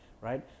right